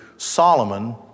Solomon